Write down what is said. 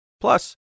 Plus